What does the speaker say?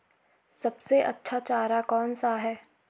सबसे अच्छा चारा कौन सा है?